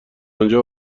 آنجا